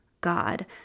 god